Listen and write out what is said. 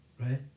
right